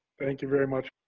thank you very much,